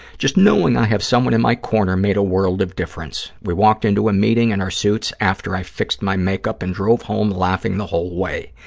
just knowing i have someone in my corner made a world of difference. we we talked into a meeting in our suits, after i fixed my make-up, and drove home laughing the whole way.